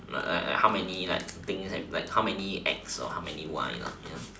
like like how many like things like how many x or like how many y you know